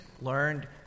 learned